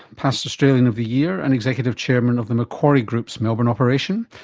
past australian of the year and executive chairman of the macquarie group's melbourne operation.